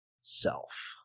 self